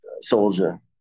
soldier